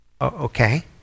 Okay